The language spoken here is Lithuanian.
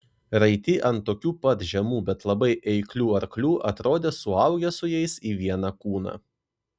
raiti ant tokių pat žemų bet labai eiklių arklių atrodė suaugę su jais į vieną kūną